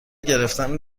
گرفتن